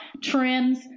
trends